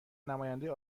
نماینده